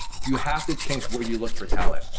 you have to change where you look for talent.